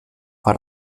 war